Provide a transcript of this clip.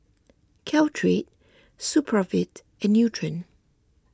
Caltrate Supravit and Nutren